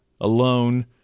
alone